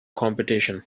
competition